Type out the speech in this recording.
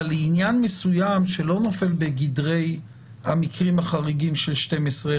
אבל לעניין מסוים שלא נופל בגדרי המקרים החריגים של 12,